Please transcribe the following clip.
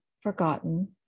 forgotten